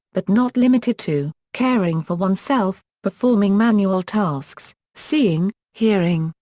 but not limited to, caring for oneself, performing manual tasks, seeing, hearing,